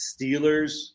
Steelers